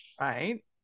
Right